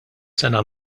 sena